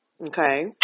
okay